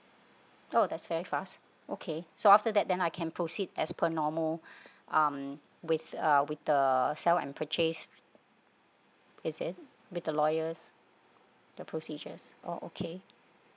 oh that's very fast okay so after that then I can proceed as per normal um with uh with the uh sell and purchase is it meet the lawyers the procedures oh okay